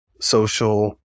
social